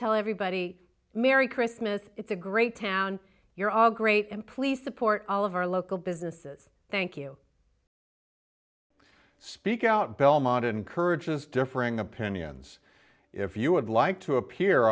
tell everybody merry christmas it's a great town you're all great and please support all of our local businesses thank you speak out belmont encourages differing opinions if you would like to appear